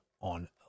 on